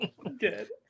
Good